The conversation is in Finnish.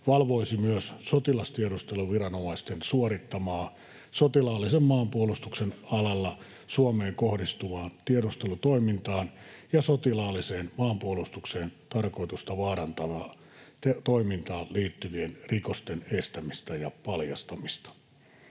valvoisi myös sotilastiedusteluviranomaisten suorittamaa, sotilaallisen maanpuolustuksen alalla Suomeen kohdistuvaan tiedustelutoimintaan ja sotilaalliseen maanpuolustuksen tarkoitusta vaarantavaan toimintaan liittyvien rikosten estämistä ja paljastamista.